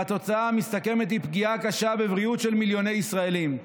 והתוצאה המסתכמת היא פגיעה קשה בבריאות של מיליוני ישראלים.